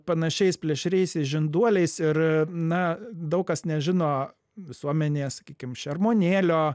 panašiais plėšriaisiais žinduoliais ir na daug kas nežino visuomenė sakykim šermuonėlio